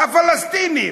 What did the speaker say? הפלסטינים,